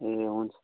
ए हुन्छ